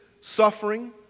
suffering